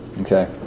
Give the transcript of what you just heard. Okay